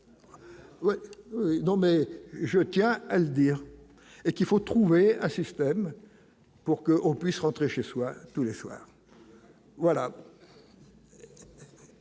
soi, non, mais je tiens elle dire et qu'il faut trouver un système pour que on puisse rentrer chez soi tous les soirs, voilà.